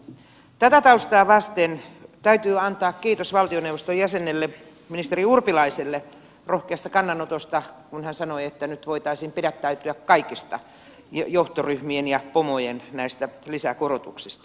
tätä taustaa vasten täytyy antaa kiitos valtioneuvoston jäsenelle ministeri urpilaiselle rohkeasta kannanotosta kun hän sanoi että nyt voitaisiin pidättäytyä kaikista näistä johtoryhmien ja pomojen lisäkorotuksista